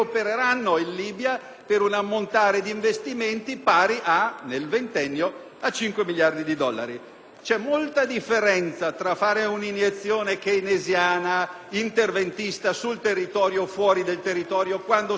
È molto diverso fare un'iniezione keynesiana interventista, sul territorio o fuori del territorio, quando sono sempre soggetti italiani a partecipare, creando reddito e pagando le imposte nel nostro Paese.